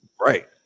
Right